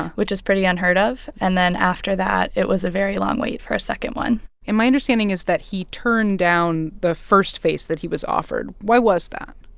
which is pretty unheard of. and then after that, it was a very long wait for a second one and my understanding is that he turned down the first face that he was offered. why was that?